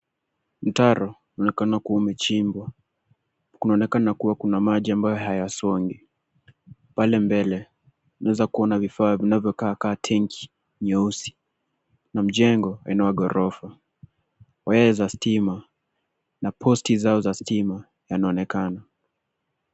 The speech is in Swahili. Mtaro unaonekana kuwa umechimbwa. Kunaonekana kuwa kuna maji ambayo hayasongi. Pale mbele tunaweza kuona vifaa vinavyokaa kama tengi nyeusi na mjengo aina wa ghorofa. Waya za stima na post zao za stima yanaonekana.